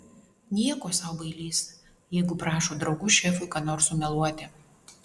nieko sau bailys jeigu prašo draugų šefui ką nors sumeluoti